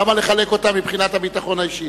למה לחלק אותה מבחינת הביטחון האישי?